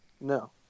no